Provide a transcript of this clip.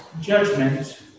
judgment